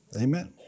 Amen